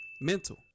mental